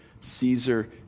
Caesar